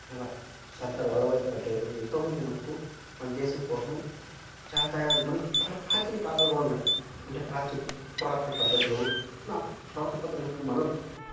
ఇలా సర్థార్ వల్లభాయ్ పటేలు ఎంతో మంది మనకు మన దేశం కోసం చాలా త్యాగాలు మన చాలా ప్రాచీన కాలాలు కూడా ఉన్నాయి అంటే ప్రాచీన పురాతన పద్ధతులు ఆ పురాతన పద్ధతులు మనం